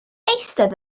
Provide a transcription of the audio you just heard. eistedd